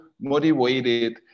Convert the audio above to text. motivated